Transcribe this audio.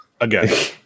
Again